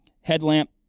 Headlamp